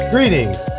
Greetings